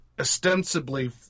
Ostensibly